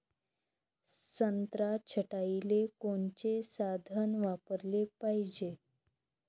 संत्रा छटाईले कोनचे साधन वापराले पाहिजे?